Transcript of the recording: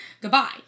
goodbye